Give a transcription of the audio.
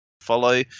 follow